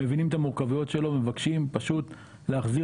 מבינים את המורכבויות שלו ומבקשים פשוט להחזיר